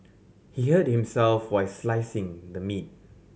he hurt himself while slicing the meat